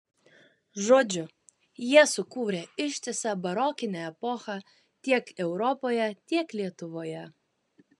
žodžiu jie sukūrė ištisą barokinę epochą tiek europoje tiek lietuvoje